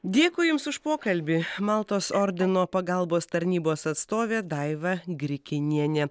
dėkui jums už pokalbį maltos ordino pagalbos tarnybos atstovė daiva grikinienė